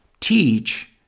teach